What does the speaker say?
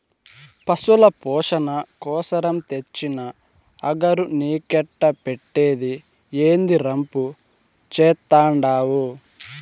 పశుల పోసణ కోసరం తెచ్చిన అగరు నీకెట్టా పెట్టేది, ఏందీ రంపు చేత్తండావు